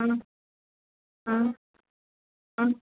ம் ம் ம்